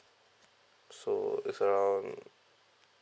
so is around